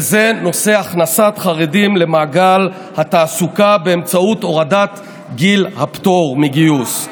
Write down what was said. וזה נושא הכנסת חרדים למעגל התעסוקה באמצעות הורדת גיל הפטור מגיוס.